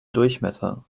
durchmesser